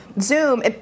zoom